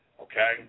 Okay